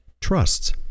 trusts